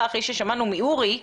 אחרי ששמענו את הדברים של אורי לוין.